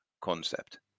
concept